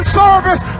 service